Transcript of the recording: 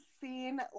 seen